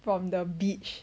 from the beach